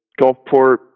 Gulfport